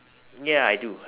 ya I do